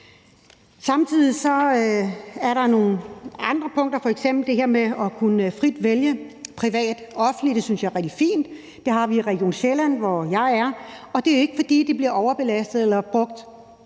Samtidig er der nogle andre punkter, f.eks. det her med frit at kunne vælge mellem privat og offentligt. Det synes jeg er rigtig fint. Det har vi i Region Sjælland, hvor jeg hører til, og det er jo ikke, fordi de bliver overbelastet eller brugt